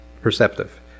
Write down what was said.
perceptive